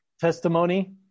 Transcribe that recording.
testimony